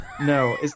No